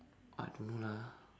I don't know lah